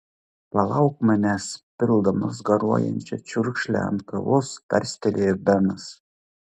palauk manęs pildamas garuojančią čiurkšlę ant kavos tarstelėjo benas